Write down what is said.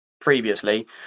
previously